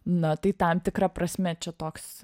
na tai tam tikra prasme čia toks